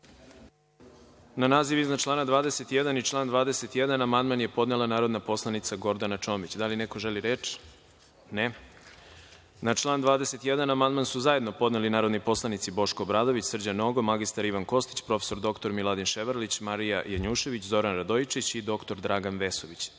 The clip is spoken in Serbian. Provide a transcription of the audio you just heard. Na naziv iznad člana 21. i član 21. amandman je podnela narodna poslanica Gordana Čomić. Da li neko želi reč? (Ne.)Na član 21. amandman su zajedno podneli narodni poslanici Boško Obradović, Srđan Nogo, mr Ivan Kostić, prof. dr Miladin Ševarlić, Marija Janjušević, Zoran Radojičić i dr Dragan Vesović. Reč